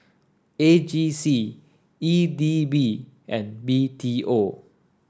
A G C E D B and B T O